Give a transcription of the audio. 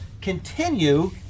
continue